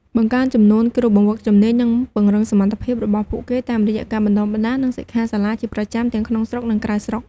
បង្កើនចំនួន គ្រូបង្វឹកជំនាញ និងពង្រឹងសមត្ថភាពរបស់ពួកគេ តាមរយៈការបណ្តុះបណ្តាល និងសិក្ខាសាលាជាប្រចាំ ទាំងក្នុងស្រុក និងក្រៅស្រុក។